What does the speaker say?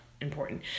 important